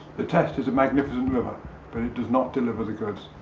the test is a magnificent river, but it does not deliver the goods.